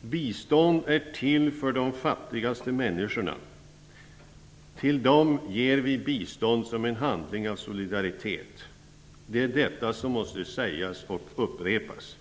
Bistånd är till för de fattigaste människorna. Till dem ger vi bistånd, som en handling av solidaritet. Det är detta som måste sägas och upprepas.